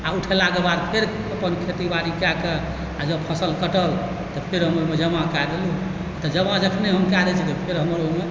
आओर उठेलाक बाद फेर अपन खेती बाड़ी कए कऽ आओर जब फसल कटल तऽ फेर हम ओहिमे जमा कए देलहुँ तऽ जमा जखने हम कए दैत छियैक तऽ फेर ओहिमे